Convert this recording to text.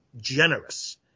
generous